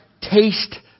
taste